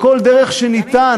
בכל דרך שניתן,